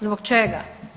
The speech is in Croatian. Zbog čega?